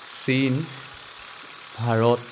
চীন ভাৰত